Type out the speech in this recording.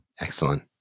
Excellent